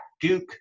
Duke